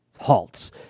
halts